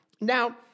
Now